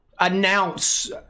announce